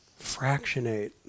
fractionate